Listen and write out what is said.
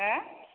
हा